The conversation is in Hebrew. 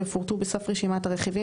יפורטו בסוף רשימת הרכיבים,